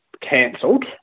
cancelled